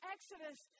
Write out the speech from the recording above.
Exodus